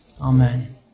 amen